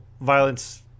violence